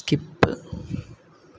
skip